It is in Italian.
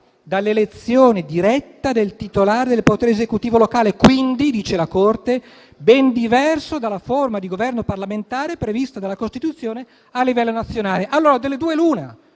dall'elezione diretta del titolare del potere esecutivo locale e quindi, secondo la Corte, è ben diverso dalla forma di Governo parlamentare prevista dalla Costituzione a livello nazionale. Allora delle due l'una: